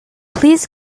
please